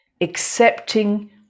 accepting